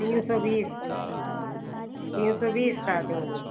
तीन सौ बीस तीन सौ बीस का देंगे